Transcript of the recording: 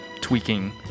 tweaking